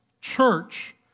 church